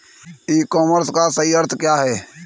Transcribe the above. ई commerce का सही अर्थ क्या है?